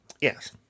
Yes